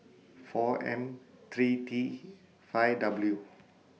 four M three T five W